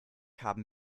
haben